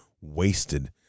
wasted